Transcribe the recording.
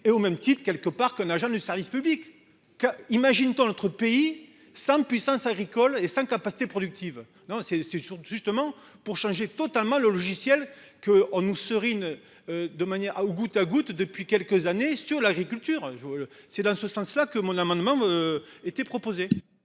et au même titre quelque part qu'un agent du service public. Imagine-t-on notre pays sans puissance agricole et sans capacité productive. Non c'est, c'est justement pour changer totalement le logiciel que on nous serine. De manière à au goutte à goutte depuis quelques années sur l'agriculture je. C'est dans ce sens là que mon amendement. Était proposé.